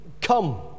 come